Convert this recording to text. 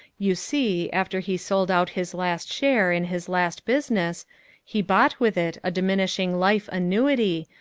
you see after he sold out his last share in his last business he bought with it a diminishing life annuity,